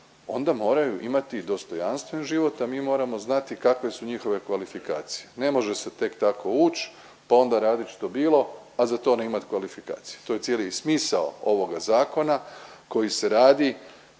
onda moraju imati dostojanstven život, a mi moramo znati kakve su njihove kvalifikacije. Ne može se tek tako ući, pa onda radit što bilo a za to ne imat kvalifikacije. To je cijeli i smisao ovoga zakona koji se radi